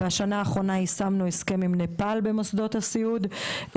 בשנה האחרונה יישמנו הסכם עם נפאל במוסדות הסיעוד,